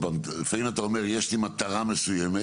לפעמים אתה אומר שיש לך מטרה מסוימת,